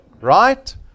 Right